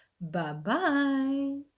Bye-bye